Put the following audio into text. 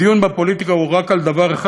הדיון בפוליטיקה הוא רק על דבר אחד,